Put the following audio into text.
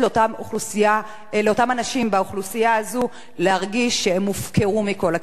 אנשים באוכלוסייה הזו להרגיש שהם הופקרו מכל הכיוונים.